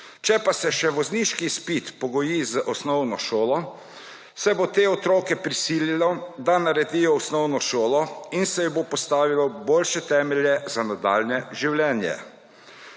Če pa se še vozniški izpit pogoji z osnovno šolo se bo te otroke prisililo, da naredijo osnovno šolo in se je bo postavilo v boljše temelje za nadaljnje življenje.